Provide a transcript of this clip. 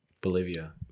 Bolivia